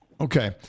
Okay